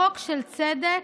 צדק